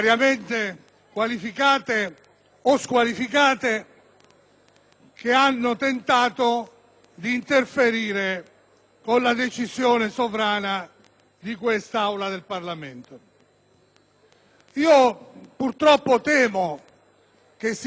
che hanno tentato di interferire con la decisione sovrana di questa Aula del Parlamento. Purtroppo, temo che anche a causa di tali pressioni